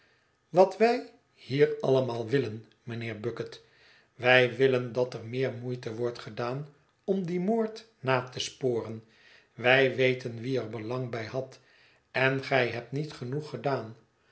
wat wij hier allemaal willen mijnheer bucket wij willen dat er meer moeite wordt gedaan om dien moord na te sporen wij weten wie er belang bij had en gij hebt niet genoeg gedaan